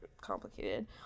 complicated